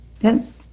Yes